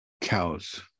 cows